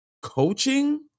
Coaching